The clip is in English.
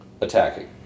attacking